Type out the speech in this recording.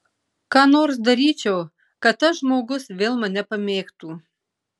ką nors daryčiau kad tas žmogus vėl mane pamėgtų